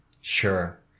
Sure